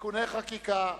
(תיקוני חקיקה),